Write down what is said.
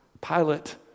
Pilate